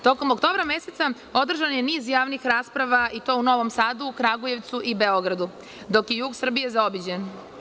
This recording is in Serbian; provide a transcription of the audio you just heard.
Tokom oktobra meseca održan je niz javnih rasprava i to u Novom Sadu, Kragujevcu i Beogradu, dok je jug Srbije zaobiđen.